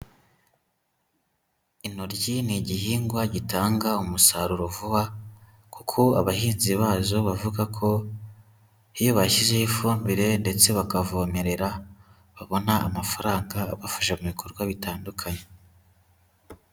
Intoryi ni igihingwa gitanga umusaruro vuba, kuko abahinzi bazo bavuga ko iyo bashyizeho ifumbire ndetse bakavomerera, babona amafaranga abafasha mu bikorwa bitandukanye.